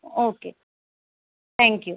okay thank you